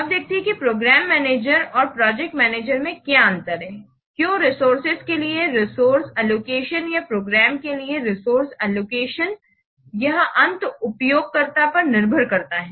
अब देखते हैं कि प्रोग्राम मैनेजर और प्रोजेक्ट मैनेजर में क्या अंतर है क्यों रिसोर्सेज के लिए रिसोर्स एलोकेशन या प्रोग्राम के लिए रिसोर्स एलोकेशन यह अंत उपयोगकर्ताओं पर निर्भर करता है